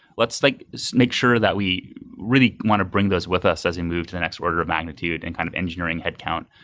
let's like so make sure that we really want to bring those with us as we move to the next order of magnitude and kind of engineering headcount,